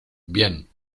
bien